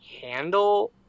handle